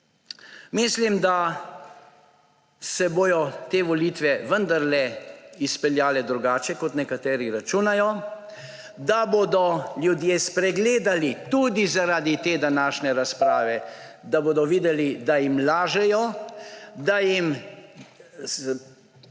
Mislim, da se bodo te volitve vendarle izpeljale drugače, kot nekateri računajo, da bodo ljudje spregledali tudi zaradi te današnje razprave, da bodo videli, da jim lažejo, da jim